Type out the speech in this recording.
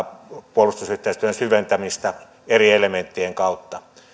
puolustusyhteistyön syventämistä eri elementtien kautta